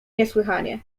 niesłychanie